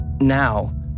Now